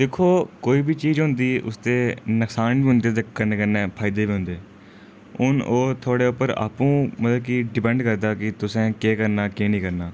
दिक्खो कोई बी चीज होंदी उसदे नुक्सान बी होंदे ते कन्नै कन्नै फायदे बी होंदे हून ओह् थुआढ़े उप्पर आपू मतलब कि डिपेंड करदा कि तुसेंं केह् करना केह् नेईं करना